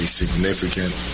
significant